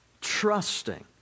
trusting